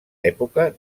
època